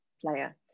Player